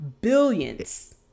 billions